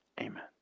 Amen